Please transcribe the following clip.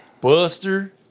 Buster